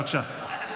בבקשה.